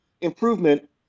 improvement